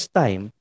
time